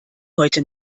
heute